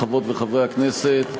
חברים וחברות הכנסת,